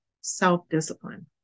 self-discipline